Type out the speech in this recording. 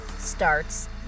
starts